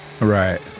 Right